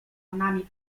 panami